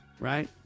Right